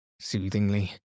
soothingly